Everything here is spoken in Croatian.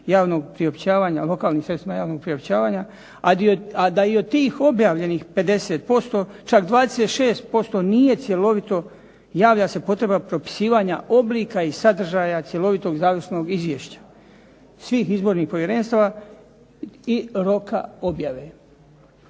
javnog priopćavanja, lokalnim sredstvima javnog priopćavanja, a da i od tih objavljenih 50% čak 26% nije cjelovito, javlja se potreba propisivanja oblika i sadržaja cjelovitog završnog izvješća svih izbornih povjerenstva i roka objave.